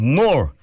more